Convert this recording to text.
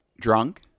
Drunk